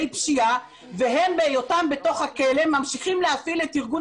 פשיעה והם בהיותם בתוך הכלא ממשיכים להפעיל את ארגון